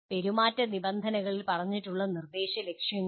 പെരുമാറ്റ നിബന്ധനകളിൽ പറഞ്ഞിട്ടുള്ള നിർദ്ദേശ ലക്ഷ്യങ്ങൾ